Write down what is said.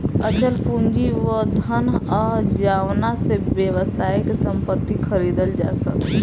अचल पूंजी उ धन ह जावना से व्यवसाय के संपत्ति खरीदल जा सके